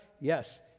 yes